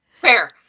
Fair